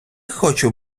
хочу